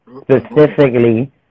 specifically